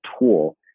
tool